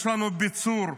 יש לנו ביצור,